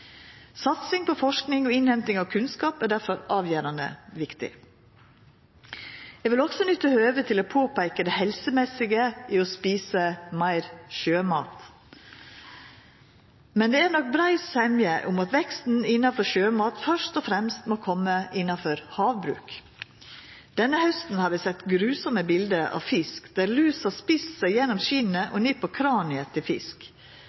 Satsing på forsking og innhenting av kunnskap er difor avgjerande viktig. Eg vil også nytta høvet til å påpeika det helsemessige ved å eta meir sjømat. Det er nok brei semje om at veksten innanfor sjømat først og fremst må koma innanfor havbruk. Denne hausten har vi sett gruelege bilde av fisk der lus har ete seg gjennom skinnet